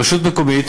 רשות מקומית